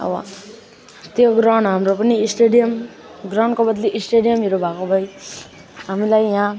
अब त्यो ग्राउन्ड हाम्रो पनि स्टेडियम ग्राउन्डको बद्ली स्टेडियमहरू भएको भए हामीलाई यहाँ